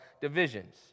divisions